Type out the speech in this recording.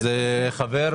זה לא בעוד שנתיים.